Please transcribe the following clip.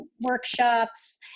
workshops